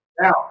Now